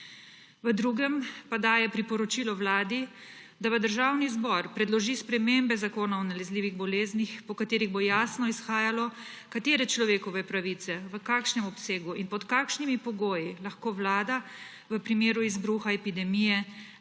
V drugem pa daje priporočilo Vladi, da v Državni zbor predloži spremembe Zakona o nalezljivih boleznih, iz katerih bo jasno izhajalo, katere človekove pravice, v kakšnem obsegu in pod kakšnimi pogoji lahko Vlada v primeru izbruha epidemije